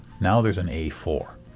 now there's an a four.